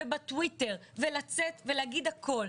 ובטוויטר ולצאת ולהגיד הכול.